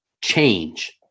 change